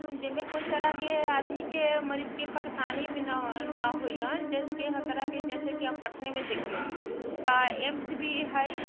जाहिमे कोइ तरहके आदमीके मरीजके परेशानी भी नहि होइया जैसेकि हर तरहके जैसेकि अब पटनेमे देखिऔ तऽ एम्स भी हय